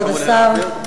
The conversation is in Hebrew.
כבוד השר,